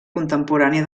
contemporània